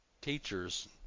teachers